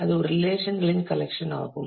அது ஒரு ரிலேஷன்களின் கலெக்சன் ஆகும்